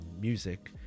music